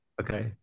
okay